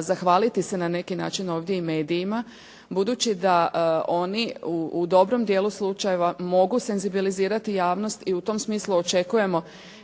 zahvaliti se na neki način ovdje i medijima budući da oni u dobrom dijelu slučajeva mogu senzibilizirati javnost i u tom smislu očekujemo